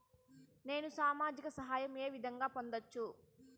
నేను సామాజిక సహాయం వే విధంగా పొందొచ్చు?